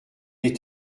des